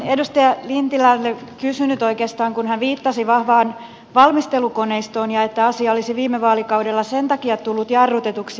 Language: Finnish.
olisin edustaja lintilältä kysynyt oikeastaan kun hän viittasi vahvaan valmistelukoneistoon ja siihen että asia olisi viime vaalikaudella sen takia tullut jarrutetuksi